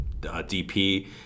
DP